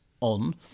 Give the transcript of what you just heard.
on